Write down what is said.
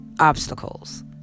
obstacles